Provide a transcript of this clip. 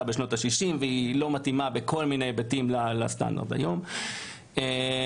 שאינה מתאימה לסטנדרט היום (מיד אתן דוגמאות לכך).